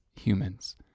humans